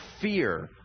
fear